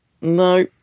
no